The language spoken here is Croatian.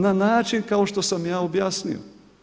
Na način kao što sam ja objasnio.